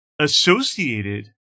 associated